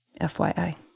FYI